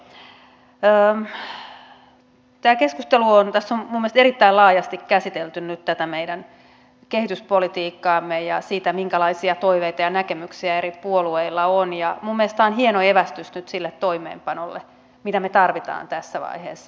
tässä keskustelussa on minun mielestäni erittäin laajasti käsitelty nyt tätä meidän kehityspolitiikkaamme ja sitä minkälaisia toiveita ja näkemyksiä eri puolueilla on ja minun mielestäni tämä on hieno evästys nyt sille toimeenpanolle mitä me tarvitsemme tässä vaiheessa